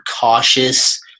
cautious